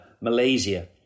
Malaysia